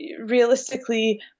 realistically